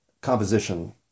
composition